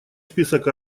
список